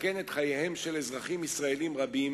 תסכן את חייהם של אזרחים ישראלים רבים